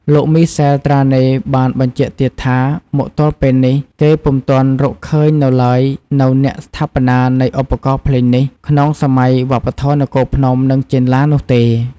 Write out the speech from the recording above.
លោកមីសែល ត្រាណេ បានបញ្ជាក់ទៀតថាមកទល់ពេលនេះគេពុំទាន់រកឃើញនៅឡើយនូវអ្នកស្ថាបនានៃឧបករណ៍ភ្លេងនេះ ក្នុងសម័យវប្បធម៌នគរភ្នំ និងចេនឡានោះទេ។